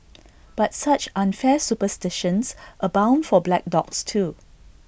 but such unfair superstitions abound for black dogs too